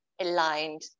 aligned